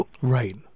Right